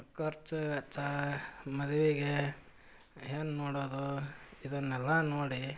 ಖರ್ಚು ವೆಚ್ಚ ಮದ್ವೆಗೆ ಹೆಣ್ಣು ನೋಡೋದು ಇದನ್ನೆಲ್ಲ ನೋಡಿ